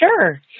Sure